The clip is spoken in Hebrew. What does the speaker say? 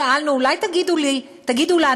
שאלנו: אולי תגידו לנו,